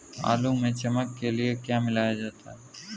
आलू में चमक के लिए क्या मिलाया जाता है?